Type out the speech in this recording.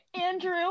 Andrew